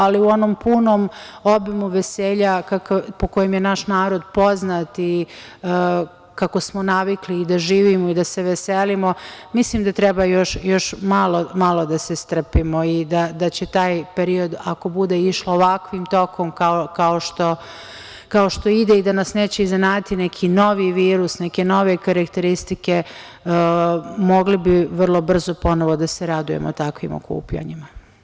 Ali, u onom punom obimu veselja, po kojem je naš narod poznat i kako smo navikli da živimo i da se veselimo, mislim da treba još malo da se strpimo i da će taj period, ako bude išlo ovakvim tokom kao što ide i da nas neće iznenaditi neki novi virus, neke nove karakteristike, mogli bi vrlo brzo ponovo da se radujemo takvim okupljanjima.